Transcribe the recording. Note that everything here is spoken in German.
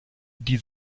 die